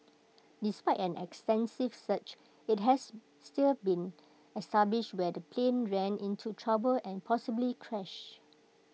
despite an extensive search IT has still been established where the plane ran into trouble and possibly crashed